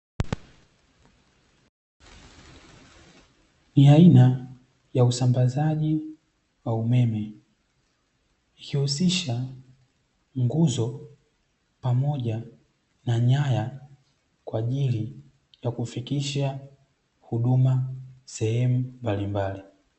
Ni aina ya usambazaji wa umeme ukihusisha nguzo pamoja na nyaya, kwa ajili ya kufikisha huduma sehemu mbalimbali.